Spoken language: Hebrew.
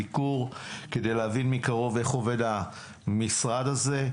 כדי להבין מקרוב איך עובד המשרד הזה,